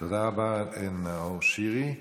תודה רבה, נאור שירי.